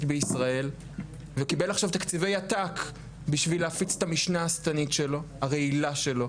בישראל וקיבל עכשיו תקציבי עתק בשביל להפיץ את המשנה השטנית והרעילה שלו.